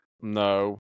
No